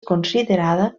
considerada